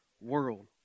world